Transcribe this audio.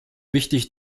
wichtig